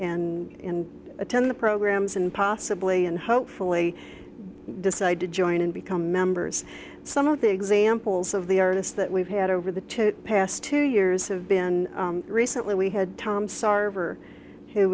and attend the programs and possibly and hopefully decide to join and become members some of the examples of the artists that we've had over the to past two years have been recently we had tom